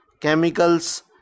Chemicals